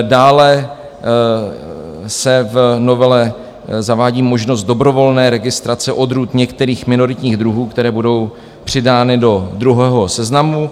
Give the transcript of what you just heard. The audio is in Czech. Dále se v novele zavádí možnost dobrovolné registrace odrůd některých minoritních druhů, které budou přidány do druhého seznamu.